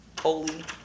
Holy